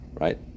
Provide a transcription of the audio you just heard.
Right